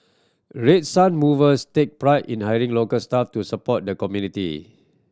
Red Sun Movers take pride in hiring local staff to support the community